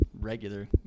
regular